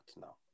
no